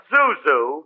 Zuzu